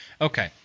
Okay